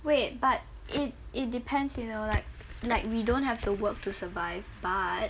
wait but it it depends you know like like we don't have to work to survive but